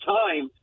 time